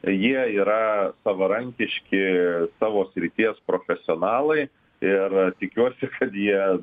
jie yra savarankiški savo srities profesionalai ir tikiuosi kad jie